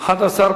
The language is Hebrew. שלישית.